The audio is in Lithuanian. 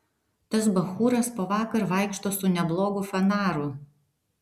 tas bachūras po vakar vaikšto su neblogu fanaru